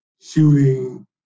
shooting